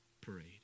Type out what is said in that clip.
parade